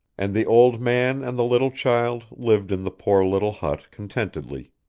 and the old man and the little child lived in the poor little hut contentedly.